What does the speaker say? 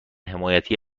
حمایتی